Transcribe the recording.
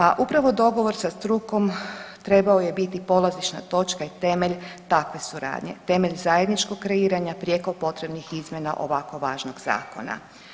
A upravo dogovor sa strukom trebao je biti polazišna točka i temelj takve suradnje, temelj zajedničkog kreiranja prijeko potrebnih izmjena ovako važnog zakona.